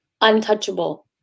untouchable